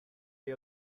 day